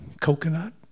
coconut